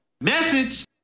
Message